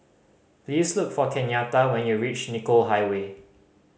please look for Kenyatta when you reach Nicoll Highway